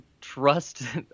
trust